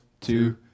two